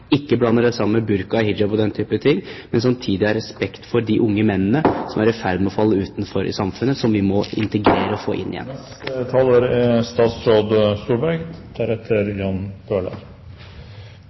ikke blander det sammen med burka og hijab og den type ting – og samtidig ha respekt for de unge mennene som er i ferd med å falle utenfor samfunnet, som vi må integrere og få inn igjen.